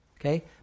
okay